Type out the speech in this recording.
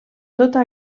tota